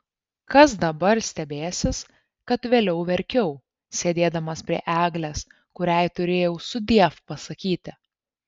kas dabar stebėsis kad vėliau verkiau sėdėdamas prie eglės kuriai turėjau sudiev pasakyti